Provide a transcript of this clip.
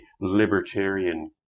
libertarian